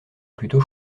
plutôt